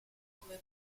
come